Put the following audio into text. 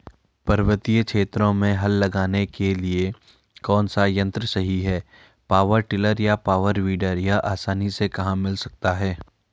पर्वतीय क्षेत्रों में हल लगाने के लिए कौन सा यन्त्र सही है पावर टिलर या पावर वीडर यह आसानी से कहाँ मिल सकता है?